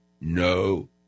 no